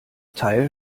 teil